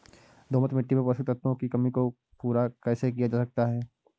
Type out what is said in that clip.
दोमट मिट्टी में पोषक तत्वों की कमी को पूरा कैसे किया जा सकता है?